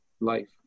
life